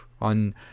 on